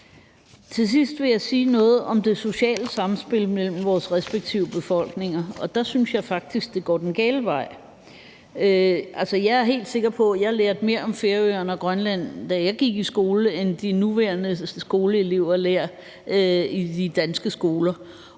Til sidst vil jeg sige noget om det sociale samspil mellem vores respektive befolkninger, og der synes jeg faktisk det går den gale vej. Jeg er helt sikker på, at jeg lærte mere om Færøerne og Grønland, da jeg gik i skole, end de nuværende skoleelever lærer i de danske skoler,